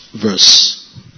verse